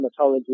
dermatology